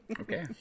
Okay